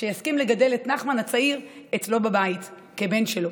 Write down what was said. שהסכים לגדל את נחמן הצעיר אצלו בבית כבן שלו.